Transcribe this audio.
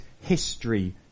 history